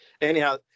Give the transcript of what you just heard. anyhow